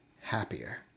happier